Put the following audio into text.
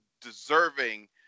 deserving